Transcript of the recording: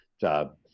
job